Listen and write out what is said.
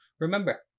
Remember